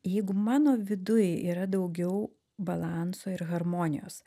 jeigu mano viduj yra daugiau balanso ir harmonijos